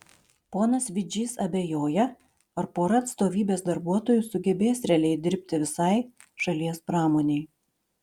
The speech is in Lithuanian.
ponas vidžys abejoja ar pora atstovybės darbuotojų sugebės realiai dirbti visai šalies pramonei